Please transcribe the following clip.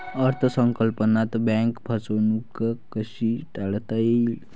अर्थ संकल्पात बँक फसवणूक कशी टाळता येईल?